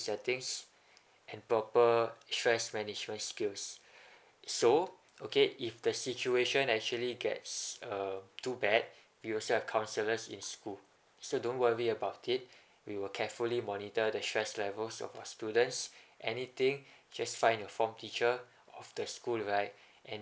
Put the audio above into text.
settings and proper stress management skills so okay if the situation actually gets uh too bad we also have counsellors in school so don't worry about it we will carefully monitor the stress levels of the students anything just find the form teacher of the school right and